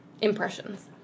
impressions